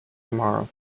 tomorrow